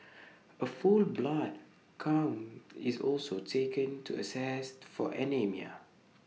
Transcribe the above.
A full blood count is also taken to assess for anaemia